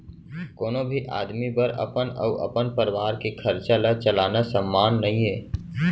कोनो भी आदमी बर अपन अउ अपन परवार के खरचा ल चलाना सम्मान नइये